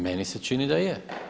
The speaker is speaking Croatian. Meni se čini da je.